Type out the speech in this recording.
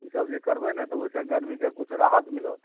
ई सब जे करबै ने तऽ ओहि सऽ गर्मीसे किछु राहत मिलत